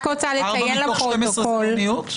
4 מתוך 12 זה לא מיעוט?